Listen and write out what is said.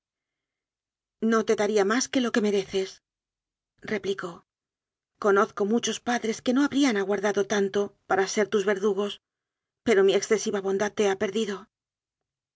te daría más que lo que merecesrepli có conozco muchos padres que no habrían aguardado tanto para ser tus verdugos pero mi excesiva bondad te ha perdido